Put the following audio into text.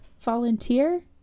volunteer